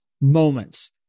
moments